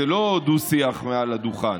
זה לא דו-שיח מעל הדוכן.